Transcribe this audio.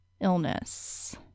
illness